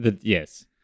Yes